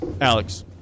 Alex